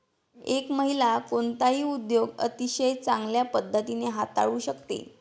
एक महिला कोणताही उद्योग अतिशय चांगल्या पद्धतीने हाताळू शकते